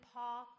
Paul